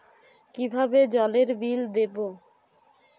কিভাবে জলের বিল দেবো?